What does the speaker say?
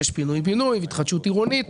יש פינוי בינוי והתחדשות עירונית.